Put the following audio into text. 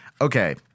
Okay